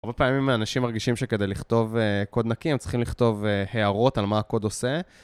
הרבה פעמים האנשים מרגישים שכדי לכתוב קוד נקי הם צריכים לכתוב הערות על מה הקוד עושה.